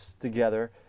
together